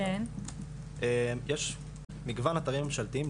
יש מגוון אתרים ממשלתיים,